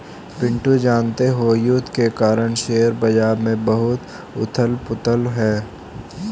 पिंटू जानते हो युद्ध के कारण शेयर बाजार में बहुत उथल पुथल है